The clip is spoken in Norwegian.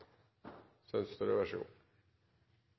Isaksen, vær så god.